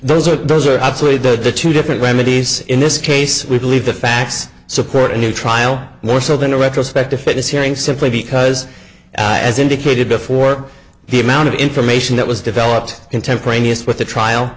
those are those are i'd say that the two different remedies in this case we believe the facts support a new trial more so than in retrospect if it is hearing simply because as indicated before he amount of information that was developed contemporaneous with the trial